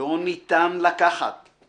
לא ניתן לקחת /